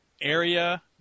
area